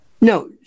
no